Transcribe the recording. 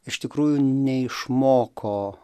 iš tikrųjų neišmoko